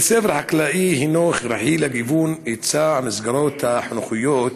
בית ספר חקלאי הינו האחראי לגיוון בהיצע המסגרות החינוכיות,